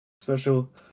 special